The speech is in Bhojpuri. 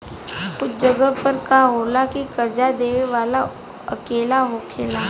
कुछ जगह पर का होला की कर्जा देबे वाला अकेला होखेला